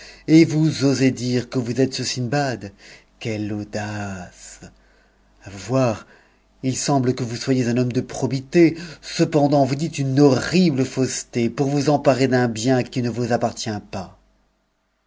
et vous osez dire que vous êtes ce sindbad quelle audace a vous voir il semble que vous soyez un homme de probité cependant vous dites une horrible fausseté pour vous emparer d'un bien qui ne vous appartient pas